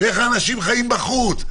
איך אנשים יחיו בחוץ?